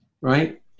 Right